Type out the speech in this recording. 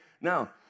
Now